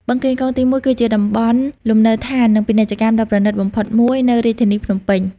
បឹងកេងកងទី១ គឺជាតំបន់លំនៅឋាន និងពាណិជ្ជកម្មដ៏ប្រណិតបំផុតមួយនៅរាជធានីភ្នំពេញ។